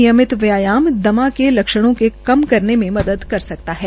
नियमित व्यायाम दमा के लक्षणों का कम करने मे मदद कर सकता है